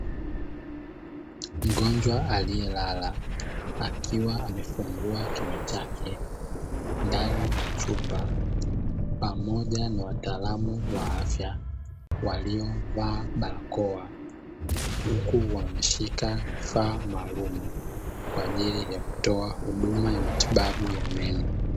Mgonjwa aliyelala akiwa amefungua kinywa chake ndani ya chumba pamoja na wataalamu wa afya waliovaa barakoa, huku wameshika vifaa maalumu kwa ajili ya kutoa huduma ya matibabu ya meno.